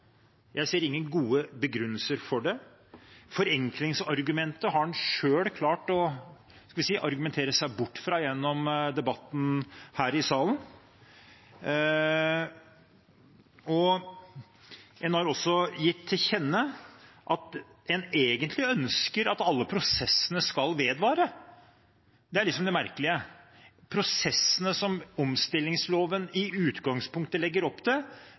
Jeg ser ingen gode begrunnelser for det. Forenklingsargumentet har en selv klart å argumentere seg bort fra gjennom debatten her i salen, og en har også gitt til kjenne at en egentlig ønsker at alle prosessene skal vedvare. Det er det merkelige. Prosessene som omstillingsloven i utgangspunktet legger opp til,